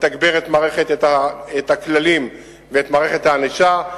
לתגבר את הכללים ואת מערכת הענישה,